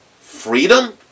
freedom